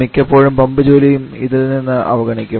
മിക്കപ്പോഴും പമ്പ് ജോലിയും ഇതിൽ നിന്ന് അവഗണിക്കും